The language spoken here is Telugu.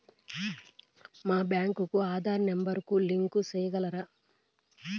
మా బ్యాంకు కు ఆధార్ నెంబర్ కు లింకు సేయగలరా?